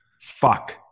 fuck